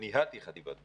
וניהלתי חטיבת ביניים.